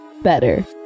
better